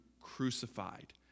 crucified